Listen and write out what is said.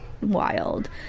wild